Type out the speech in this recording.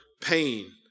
pain